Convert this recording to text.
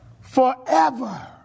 forever